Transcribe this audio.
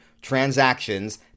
transactions